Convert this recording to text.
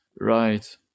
Right